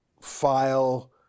file